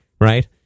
Right